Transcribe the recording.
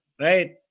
right